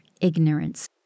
ignorance